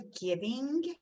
giving